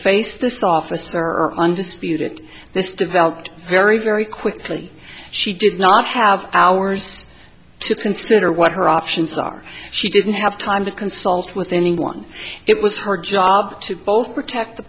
face this office are undisputed this developed very very quickly she did not have hours to consider what her options are she didn't have time to consult with anyone it was her job to both protect the